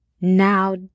Now